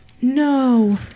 No